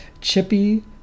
chippy